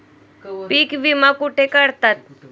पीक विमा कुठे काढतात?